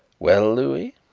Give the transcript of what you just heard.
well, louis?